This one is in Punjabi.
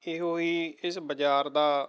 ਇਹੋ ਹੀ ਇਸ ਬਜ਼ਾਰ ਦਾ